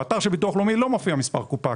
באתר של הביטוח הלאומי לא מופיע מספר קופה.